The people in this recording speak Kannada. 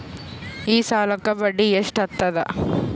ಈ ಸಾಲಕ್ಕ ಬಡ್ಡಿ ಎಷ್ಟ ಹತ್ತದ?